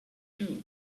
too